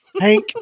Hank